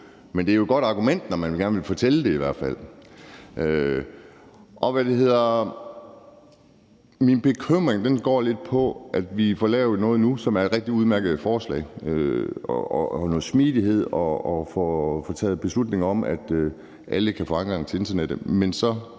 i hvert fald et godt argument, når man gerne vil fortælle det. Min bekymring går lidt på, at vi får lavet noget nu, som er et rigtig udmærket forslag med noget smidighed, og får taget beslutning om, at alle kan få adgang til internettet,